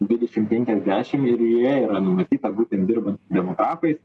dvidešim penkiasdešim ir joje yra numatyta būtent dirbant dviem etatais